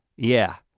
yeah.